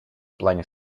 плане